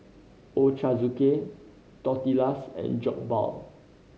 Ochazuke Tortillas and Jokbal